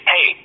Hey